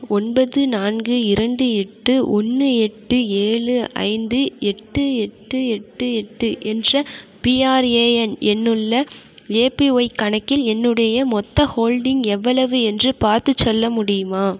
ஒன்பது நான்கு இரண்டு எட்டு ஒன்று எட்டு ஏழு ஐந்து எட்டு எட்டு எட்டு எட்டு என்ற பிஆர்ஏஎன் எண்ணுள்ள ஏபிஒய் கணக்கில் என்னுடைய மொத்த ஹோல்டிங் எவ்வளவு என்று பார்த்துச் சொல்ல முடியுமா